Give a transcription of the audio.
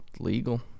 legal